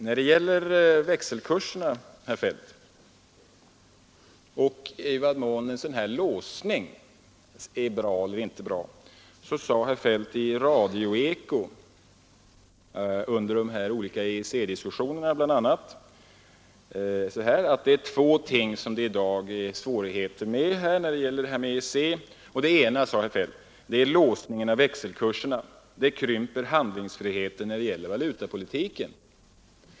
På tal om växelkurserna och i vad mån en sådan här låsning är bra eller inte så sade herr Feldt i radions Eko i samband med en EEC-diskussion för ett eller annat år sedan bl.a. att det finns två ting som det var svårigheter med när det gäller EEC. Det ena var låsningen av växelkurserna. Den krymper handelsfriheten när det gäller valutapolitiken.